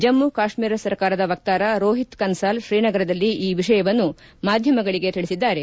ಜಮ್ಲು ಕಾಶ್ಮೀರ ಸರ್ಕಾರದ ವಕ್ತಾರ ರೋಹಿತ್ ಕನ್ಲಾಲ್ ಶ್ರೀನಗರದಲ್ಲಿ ಈ ವಿಷಯವನ್ನು ಮಾಧ್ಯಮಗಳಿಗೆ ತಿಳಿಸಿದ್ದಾರೆ